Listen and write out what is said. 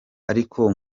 ariko